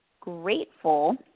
grateful